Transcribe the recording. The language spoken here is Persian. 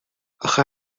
اخه